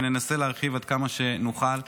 וננסה להרחיב עד כמה שנוכל.